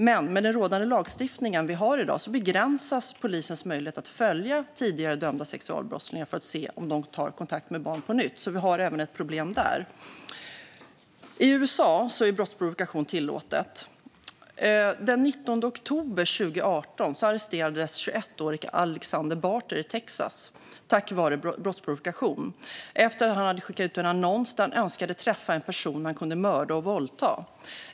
Men med rådande lagstiftning begränsas i dag polisens möjlighet att följa tidigare dömda sexualbrottslingar för att se om de tar kontakt med barn på nytt, så vi har även ett problem där. I USA är brottsprovokation tillåten. Den 19 oktober 2018 arresterades 21-årige Alexander Barter i Texas, tack vare brottsprovokation, efter att han hade skickat ut en annons där han önskade träffa en person som han kunde mörda och våldta.